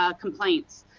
ah complaints.